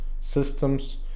systems